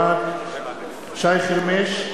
בעד שי חרמש,